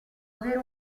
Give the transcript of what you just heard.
avere